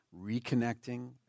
reconnecting